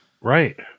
right